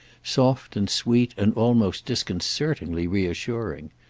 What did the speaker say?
soft and sweet and almost disconcertingly reassuring.